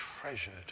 treasured